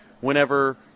whenever